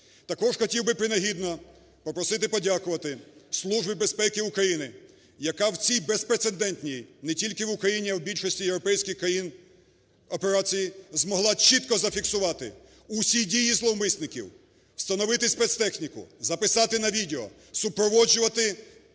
Також хотів би принагідно попросити би подякувати Службу безпеки України, яка в цій безпрецедентній, не тільки в Україні, а в більшості європейських країни, операції змогла чітко зафіксувати всі дії зловмисників: встановити спецтехніку, записати на відео, супроводжувати